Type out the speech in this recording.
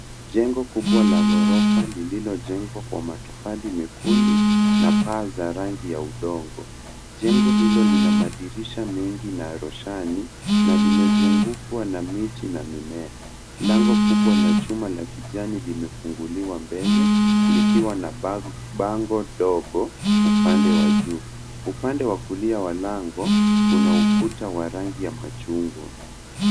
Jengo kubwa la ghorofa lililojengwa kwa matofali mekundu na paa za rangi ya udongo. Jengo hilo lina madirisha mengi na roshani na limezungukwa na miti na mimea. Lango kubwa la chuma la kijani limefunguliwa mbele likiwa na bango dogo upande wa juu. Upande wa kulia wa lango kuna ukuta wa rangi ya machungwa.